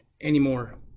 anymore